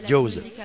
Joseph